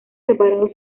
separados